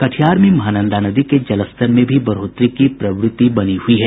कटिहार में महानंदा नदी के जलस्तर में भी बढ़ोतरी की प्रवृति बनी हुई है